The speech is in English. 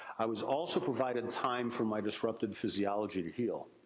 i was also provided time for my disrupted physiology to heal.